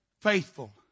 Faithful